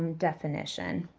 definition.